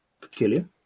peculiar